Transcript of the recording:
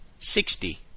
Sixty